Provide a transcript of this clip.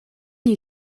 you